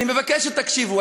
אני מבקש שתקשיבו.